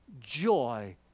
joy